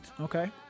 Okay